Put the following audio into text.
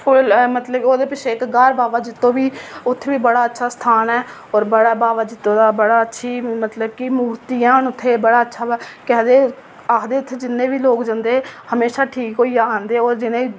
होर ओह्दे पिच्छें इक ग्हार बावा जित्तो बी उत्थै बी बड़ा अच्छा स्थान ऐ होर बड़ा बावा जित्तो दा बड़ी अच्छी जेह्कियां मूर्तियां न उत्थै केह् आखदे उत्थै जिन्ने बी लोक जंदे होर हमेशा ठीक होइयै औंदे जि'नें ई